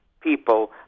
people